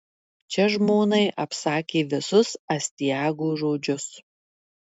čia žmonai apsakė visus astiago žodžius